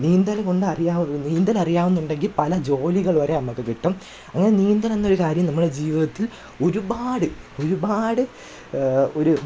നീന്തല് കൊണ്ടറിയാവുള്ളു നീന്തലറിയാവ്ന്നൊണ്ടെങ്കി പല ജോലികള് വരെ അമക്ക് കിട്ടും അങ്ങനെ നീന്തലെന്നൊര് കാര്യം നമ്മള് ജീവിതത്തില് ഒരുപാട് ഒരുപാട് ഒരു